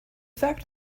fact